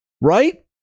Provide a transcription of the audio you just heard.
right